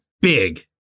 big